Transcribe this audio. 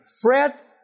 Fret